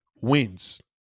wins